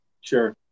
Sure